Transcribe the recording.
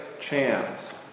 chance